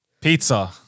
Pizza